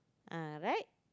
ah right